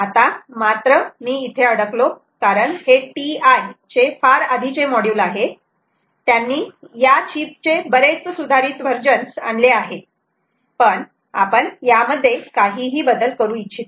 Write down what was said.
आता मात्र मी इथे अडकलो कारण हे TI चे फार आधीचे मॉड्यूल आहे त्यांनी या चीप चे बरेच सुधारित वर्जन आणले आहेत पण आपण यामध्ये काहीही बदल करू इच्छित नाही